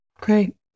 Great